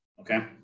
Okay